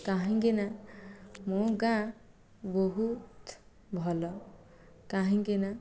କାହିଁକିନା ମୋ' ଗାଁ ବହୁତ ଭଲ କାହିଁକିନା